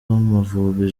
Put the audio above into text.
w’amavubi